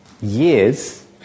years